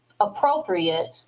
appropriate